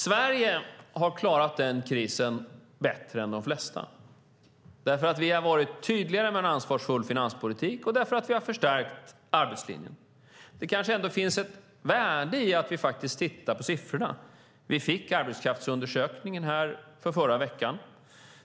Sverige har klarat krisen bättre än de flesta därför att vi har varit tydliga med en ansvarsfull finanspolitik och därför att vi har förstärkt arbetslinjen. Det kanske ändå finns ett värde i att vi tittar på siffrorna. Vi fick arbetskraftsundersökningen förra veckan.